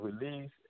release